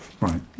Right